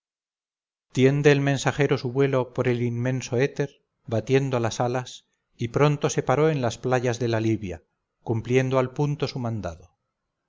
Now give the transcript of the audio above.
tiende el mensajero su vuelo por el inmenso éter batiendo las alas y pronto se paró en las playas de la libia cumpliendo al punto su mandado